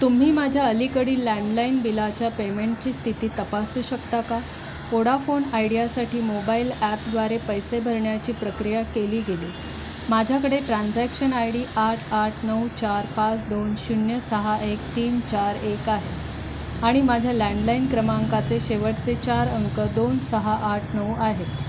तुम्ही माझ्या अलीकडील लँडलाईन बिलाच्या पेमेंटची स्थिती तपासू शकता का वोडाफोन आयडियासाठी मोबाईल ॲपद्वारे पैसे भरण्याची प्रक्रिया केली गेली माझ्याकडे ट्रान्झॅक्शन आय डी आठ आठ नऊ चार पाच दोन शून्य सहा एक तीन चार एक आहे आणि माझ्या लँडलाईन क्रमांकाचे शेवटचे चार अंक दोन सहा आठ नऊ आहेत